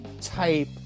type